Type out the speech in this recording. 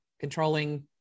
Controlling